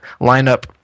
lineup